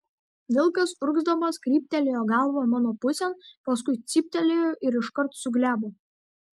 vilkas urgzdamas kryptelėjo galvą mano pusėn paskui cyptelėjo ir iškart suglebo